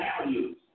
values